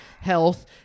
health